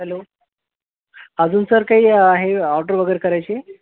hello अजून sir काही आहे ऑर्डर वगैरे करायची